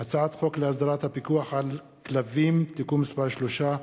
הצעת חוק להסדרת הפיקוח על כלבים (תיקון מס' 3),